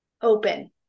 open